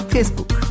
Facebook